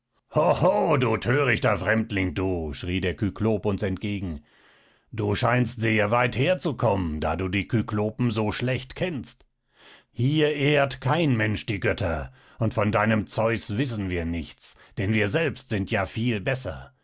du thörichter fremdling du schrie der kyklop uns entgegen du scheinst sehr weit herzukommen da du die kyklopen so schlecht kennst hier ehrt kein mensch die götter und von deinem zeus wissen wir nichts denn wir selbst sind ja viel besser